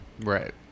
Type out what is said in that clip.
Right